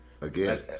Again